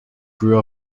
grew